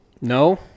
No